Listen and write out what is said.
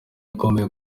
ikomeye